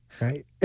right